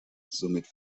somit